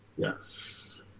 Yes